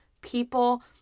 people